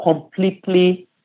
completely